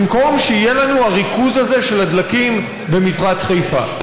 במקום שיהיה לנו הריכוז הזה של הדלקים במפרץ חיפה.